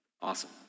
awesome